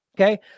Okay